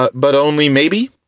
but but only maybe?